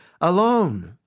alone